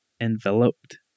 enveloped